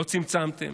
לא צמצמתם